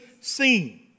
seen